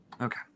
Okay